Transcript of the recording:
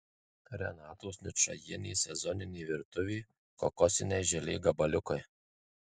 renatos ničajienės sezoninė virtuvė kokosiniai želė gabaliukai